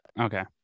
Okay